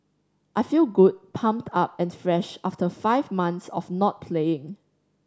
I feel good pumped up and fresh after five months of not playing